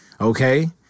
Okay